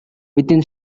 within